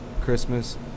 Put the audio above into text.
Christmas